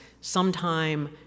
sometime